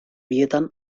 bietan